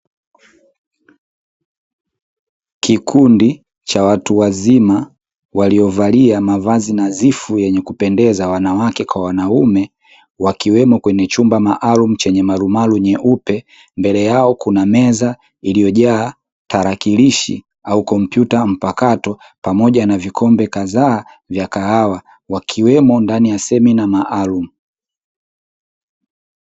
Kikundi cha watu wazima waliovalia mavazi nadhifu, yenye kupendeza wanawake kwa wanaume wakiwemo kwenye chumba maalum chenye marumaru nyeupe, mbele yao kuna meza iliyojaa tarakilishi au kompyuta mpakato, pamoja na vikombe kadhaa vya kahawa wakiwemo ndani ya semina maalum.